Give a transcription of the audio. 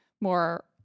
more